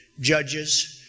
judges